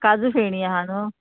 काजू फेणी आहा न्हू